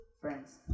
Friends